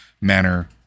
manner